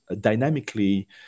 dynamically